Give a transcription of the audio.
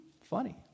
funny